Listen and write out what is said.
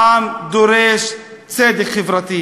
העם דורש צדק חברתי,